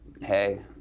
Hey